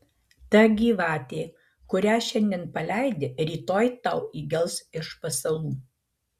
ta gyvatė kurią šiandien paleidi rytoj tau įgels iš pasalų